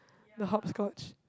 the hopscotch